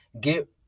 Get